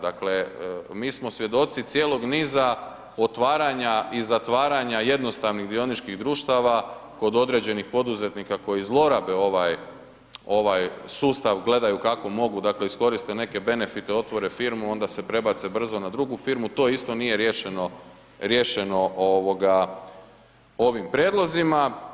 Dakle, mi smo svjedoci cijelog niza otvaranja i zatvaranja jednostavnih dioničkih društava kod određenih poduzetnika koji zlorabe ovaj sustav, gledaju kako mogu, dakle, iskoristiti neke benefite, otvore firmu, onda se prebace brzo na drugu firmu, to isto nije riješeno ovim prijedlozima.